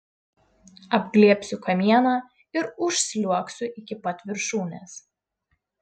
apglėbsiu kamieną ir užsliuogsiu iki pat viršūnės